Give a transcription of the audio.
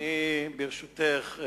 ברשותך,